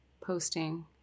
posting